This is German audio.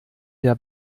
der